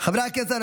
חברי הכנסת,